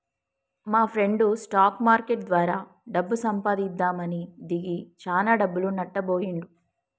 మాప్రెండు stock market ద్వారా డబ్బు సంపాదిద్దామని దిగి చానా డబ్బులు నట్టబొయ్యిండు